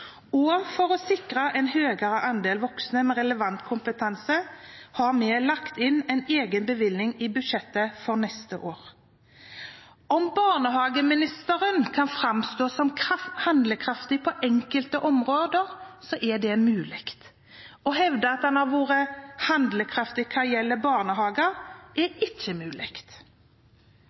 ledere. For å sikre en høyere andel voksne med relevant kompetanse har vi også lagt inn en egen bevilgning i budsjettet for neste år. Om barnehageministeren kan framstå som handlekraftig på enkelte områder, er det mulig. Å hevde at man har vært handlekraftig hva gjelder barnehager, er ikke mulig.